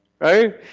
Right